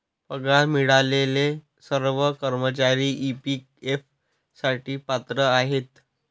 पगार मिळालेले सर्व कर्मचारी ई.पी.एफ साठी पात्र आहेत